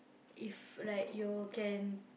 if like you can